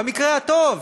במקרה הטוב,